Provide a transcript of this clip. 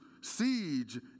Siege